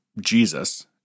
Jesus